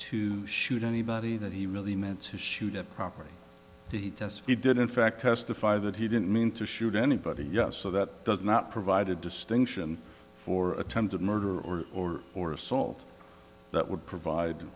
to shoot anybody that he really meant to shoot at probably the test he did in fact testify that he didn't mean to shoot anybody yet so that does not provide a distinction for attempted murder or or or assault that would provide